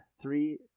Three